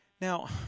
Now